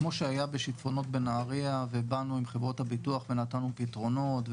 כמו שהיה בשיטפונות בנהריה ובאנו עם חברות הביטוח ונתנו פתרונות,